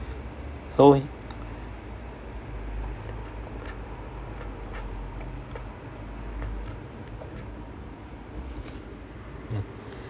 so mm